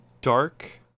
dark